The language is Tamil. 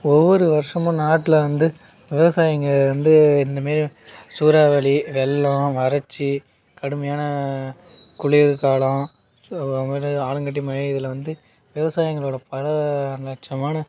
ஒவ்வொரு வருஷமும் நாட்டில் வந்து விவசாயிங்க வந்து இந்தமாதிரி சூறாவளி வெள்ளம் வறட்சி கடுமையான குளிர்காலம் ஸோ அதுமாதிரி ஆலங்கட்டிமழை இதில் வந்து விவசாயிங்களோடய பல லட்சமான